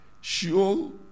Sheol